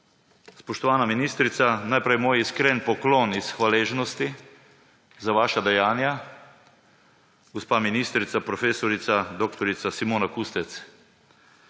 spoštovana ministrica, najprej moj iskren poklon iz hvaležnosti za vaša dejanja. Gospa ministrica, prof. dr. Simona Kustec,